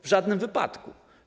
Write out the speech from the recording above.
W żadnym wypadku.